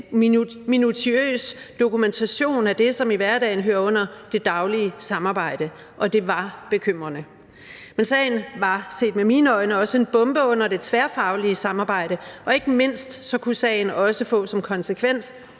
minutiøs dokumentation af det, som i hverdagen hører under det daglige samarbejde, og det var bekymrende. Men sagen var set med mine øjne også en bombe under det tværfaglige samarbejde, og ikke mindst kunne sagen også få som konsekvens,